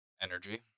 energy